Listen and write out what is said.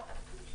אוטומטית.